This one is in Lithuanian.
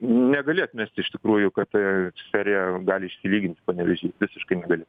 negali atmesti iš tikrųjų kad tai serija gali išsilygint panevėžy visiškai negali